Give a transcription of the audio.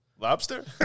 Lobster